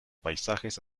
paisajes